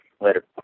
Later